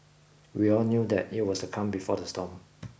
we all knew that it was the calm before the storm